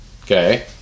Okay